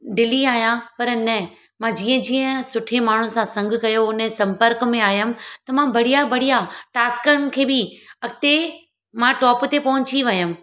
ढिली आहियां पर न मां जीअं जीअं सुठे माण्हू सां संगु कयो उन जे संपर्क में आयमि त मां बढ़िया बढ़िया टास्कनि खे बि अॻिते मां टॉप ते पहुची वियमि